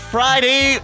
Friday